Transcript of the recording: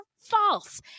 false